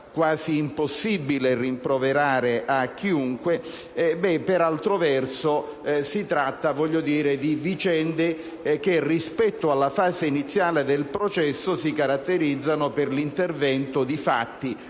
quasi impossibile rimproverare a chiunque e, per altro verso, si tratta di vicende che, rispetto alla fase iniziale del processo, si caratterizzano per l'intervento di fatti